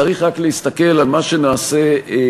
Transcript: צריך רק להסתכל על מה שנעשה במקומות,